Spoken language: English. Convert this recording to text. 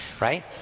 right